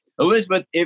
Elizabeth